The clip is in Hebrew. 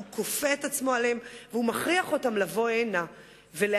והוא כופה את עצמו עליהם והוא מכריח אותם לבוא הנה ולהצביע,